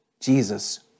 Jesus